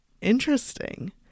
interesting